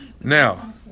Now